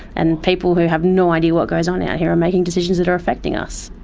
and people who have no idea what goes on out here are making decisions that are affecting us.